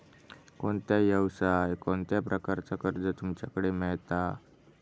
कोणत्या यवसाय कोणत्या प्रकारचा कर्ज तुमच्याकडे मेलता?